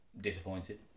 disappointed